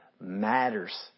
matters